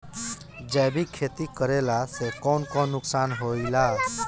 जैविक खेती करला से कौन कौन नुकसान होखेला?